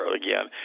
again